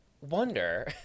wonder